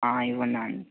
ఇవ్వండి ఆంటీ